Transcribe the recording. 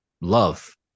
love